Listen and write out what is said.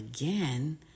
again